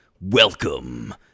welcome